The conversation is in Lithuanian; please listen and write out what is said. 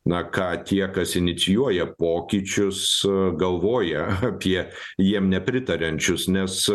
na ką tie kas inicijuoja pokyčius galvoja apie jiem nepritariančius nes